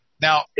Now